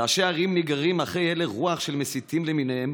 ראשי ערים נגררים אחרי הלך רוח של מסיתים למיניהם